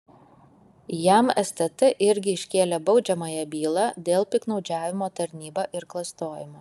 jam stt irgi iškėlė baudžiamąją bylą dėl piktnaudžiavimo tarnyba ir klastojimo